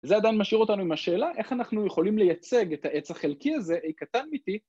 זה עדיין משאיר אותנו עם השאלה, איך אנחנו יכולים לייצג את העץ החלקי הזה, אקטנטיטי.